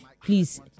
Please